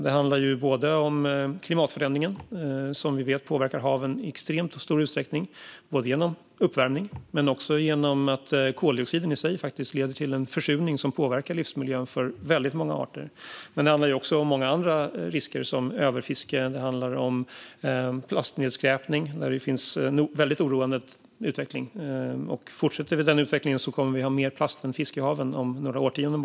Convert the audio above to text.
Det handlar om klimatförändringen, som vi vet påverkar haven i extremt stor utsträckning, både genom uppvärmning och genom att koldioxiden i sig leder till en försurning som påverkar livsmiljön för väldigt många arter. Det handlar också om många andra risker, som överfiske. Det handlar om plastnedskräpning, där det finns en väldigt oroande utveckling. Fortsätter vi den utvecklingen kommer vi att ha mer plast än fisk i haven om bara några årtionden.